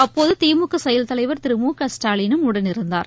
அப்போது திமுக செயல் தலைவர் திரு மு க ஸ்டாலினும் உடனிருந்தார்